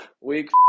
Week